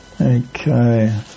okay